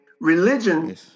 Religion